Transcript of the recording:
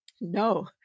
No